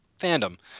fandom